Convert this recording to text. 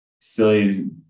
silly